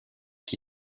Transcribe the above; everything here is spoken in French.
qui